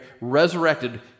resurrected